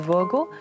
Virgo